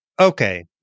Okay